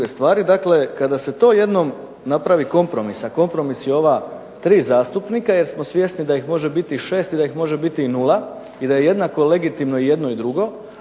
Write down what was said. kada se to jednom napravi kompromis a kompromis je ova tri zastupnika, jer smo svjesni da ih može biti 6 i da ih može biti nula i da je jednako legitimno i jedno i drugo,